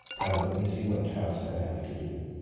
come, let me see what task i have to do.